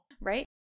Right